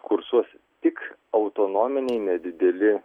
kursuos tik autonominiai nedideli